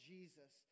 Jesus